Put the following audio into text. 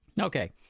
Okay